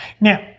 Now